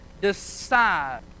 decide